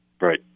Right